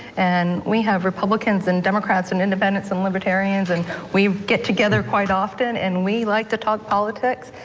and we have republicans and democrats and independents and libertarians and we get together quite often and we like to talk politics,